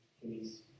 Please